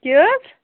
کیاہ حظ